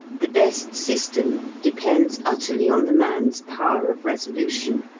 the best system depends utterly on the man's power of resolution.